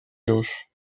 już